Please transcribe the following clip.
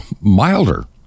milder